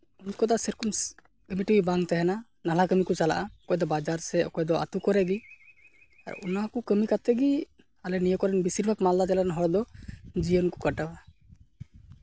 ᱩᱱᱠᱩ ᱫᱚ ᱥᱮᱨᱚᱠᱚᱢ ᱠᱮᱵᱷᱤᱴᱤ ᱵᱟᱝ ᱛᱟᱦᱮᱱᱟ ᱱᱟᱞᱦᱟ ᱠᱟᱹᱢᱤ ᱠᱚ ᱪᱟᱞᱟᱜᱼᱟ ᱚᱠᱚᱭ ᱫᱚ ᱵᱟᱡᱟᱨ ᱥᱮᱫ ᱚᱠᱚᱭ ᱫᱚ ᱟᱛᱳ ᱠᱚᱨᱮ ᱜᱮ ᱟᱨ ᱚᱱᱟ ᱠᱚ ᱠᱟᱹᱢᱤ ᱠᱟᱛᱮᱫ ᱜᱮ ᱟᱞᱮ ᱱᱤᱭᱟᱹ ᱠᱚᱨᱮᱱ ᱵᱮᱥᱤᱨ ᱵᱷᱟᱜᱽ ᱢᱟᱞᱫᱟ ᱡᱮᱞᱟ ᱨᱮᱱ ᱦᱚᱲ ᱫᱚ ᱡᱤᱭᱚᱱ ᱠᱚ ᱠᱟᱴᱟᱣᱟ